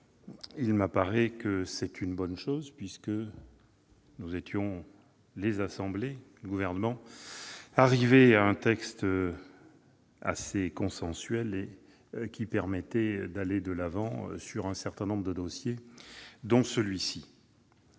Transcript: là, me semble-t-il, une bonne chose, puisque nous étions, assemblées et Gouvernement, arrivés à un texte assez consensuel, qui permettait d'aller de l'avant sur un certain nombre de dossiers, dont celui-ci.